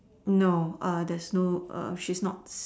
no there's no she's not